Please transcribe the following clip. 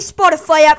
Spotify